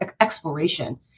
exploration